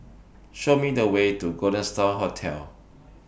Show Me The Way to Golden STAR Hotel